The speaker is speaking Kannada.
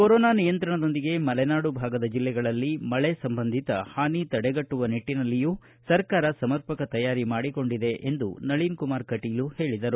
ಕೊರೋನಾ ನಿಯಂತ್ರಣದೊಂದಿಗೆ ಮಲೆನಾಡು ಭಾಗದ ಜಿಲ್ಲೆಗಳಲ್ಲಿ ಮಳೆ ಸಂಬಂಧಿತ ಪಾನಿ ತಡೆಗಟ್ಟುವ ನಿಟ್ಟಿನಲ್ಲಿಯೂ ಸರ್ಕಾರ ಸಮರ್ಪಕ ತಯಾರಿ ಮಾಡಿಕೊಂಡಿದೆ ಎಂದು ನಳೀನ್ಕುಮಾರ್ ಕಟೀಲ್ ಹೇಳಿದರು